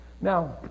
Now